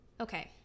Okay